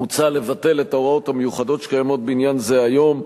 מוצע לבטל את ההוראות המיוחדות שקיימות בעניין זה היום,